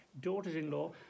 daughters-in-law